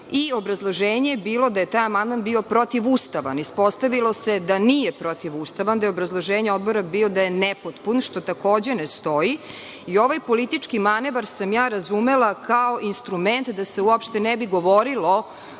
članu. Obrazloženje je bilo da je taj amandman bio protivustavan. Ispostavilo se da nije protivustavan, da je obrazloženje Odbora bilo da je nepotpun, što takođe ne stoji i ovaj politički manevar sam ja razumela kao instrument da se uopšte ne bi govorilo